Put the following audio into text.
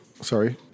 sorry